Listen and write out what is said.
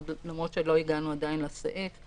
למרות שלא הגענו עדיין לסעיף,